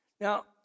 Now